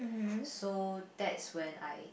so that is when I